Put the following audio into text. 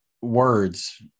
words